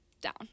down